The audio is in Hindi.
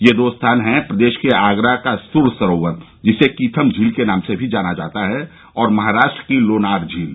ये दो स्थान हैं प्रदेश के आगरा का सुर सरोवर जिसे कीथम झील के नाम से भी जाना जाता है और महाराष्ट्र की लोनार झील